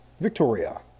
victoria